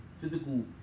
Physical